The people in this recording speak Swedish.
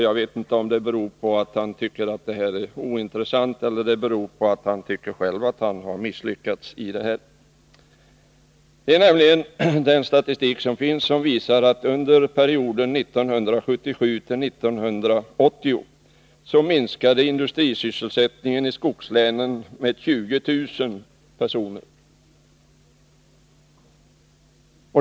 Jag vet inte om det beror på att han tycker att den här debatten är ointressant eller om det beror på att han själv tycker att han misslyckats när det gäller detta ärende. Den statistik som finns visar att under perioden 1977-1980 minskade industrisysselsättningen i skogslänen med 20 000 personer.